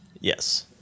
Yes